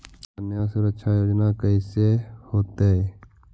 कन्या सुरक्षा योजना कैसे होतै?